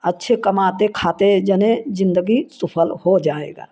अच्छे कमाते खाते जने जिंदगी सफल हो जाएगा